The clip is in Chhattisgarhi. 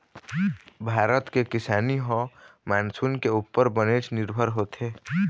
भारत के किसानी ह मानसून के उप्पर बनेच निरभर होथे